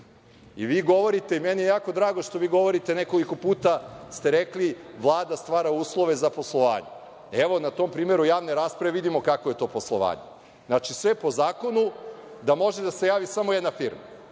I vi govorite, meni je jako drago što vi govorite nekoliko puta ste rekli Vlada stvara uslove za poslovanje. Evo, na tom primeru javne rasprave vidimo kakvo je to poslovanje. Znači, sve po zakonu da može da se javi samo jedna firma,